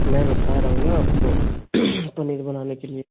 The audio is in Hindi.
मैं बता रहा हूँ ना आपको पनीर बनाने के लिए